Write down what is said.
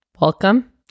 welcome